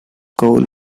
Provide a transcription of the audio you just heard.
goal